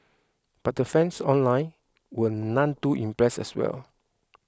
but the fans online were none too impressed as well